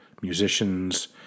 musicians